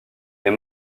est